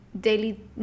daily